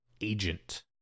agent